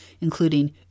including